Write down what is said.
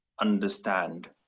understand